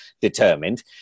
determined